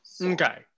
Okay